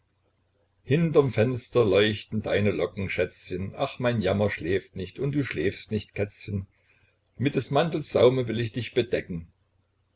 hinterm fenster leuchten deine locken schätzchen ach mein jammer schläft nicht und du schläfst nicht kätzchen mit des mantels saume will ich dich bedecken